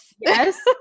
Yes